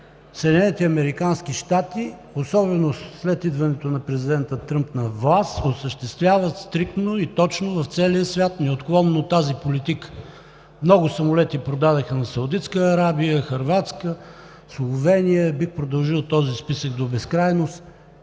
Съединените американски щати, особено след идването на президента Тръмп на власт, осъществяват стриктно и точно в целия свят неотклонно тази политика. Много самолети продадоха на Саудитска Арабия, Хърватска, Словения, бих продължил този списък до безкрайност.